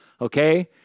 Okay